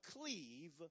cleave